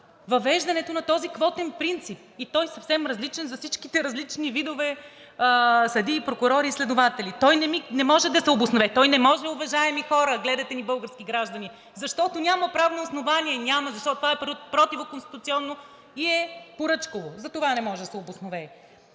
въвеждането на този квотен принцип и той е съвсем различен за всичките различни видове съдии, прокурори и следователи. Той не може да се обоснове. Той не може, уважаеми хора – гледат ни и български граждани, защото няма правно основание. Няма, защото това е противоконституционно и е поръчково. Затова не може да се обоснове.